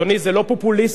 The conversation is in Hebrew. אדוני, זה לא פופוליסטי,